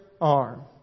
arm